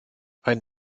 ein